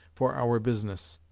for our business.